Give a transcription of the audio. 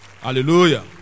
Hallelujah